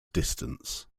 distance